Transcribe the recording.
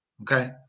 Okay